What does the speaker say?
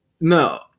No